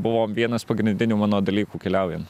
buvo vienas pagrindinių mano dalykų keliaujant